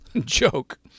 joke